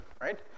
right